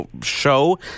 show